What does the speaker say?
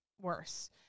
worse